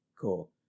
Cool